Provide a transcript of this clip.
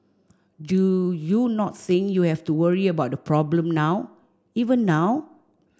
do you not think you have to worry about the problem now even now